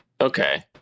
Okay